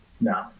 No